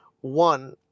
One